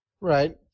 right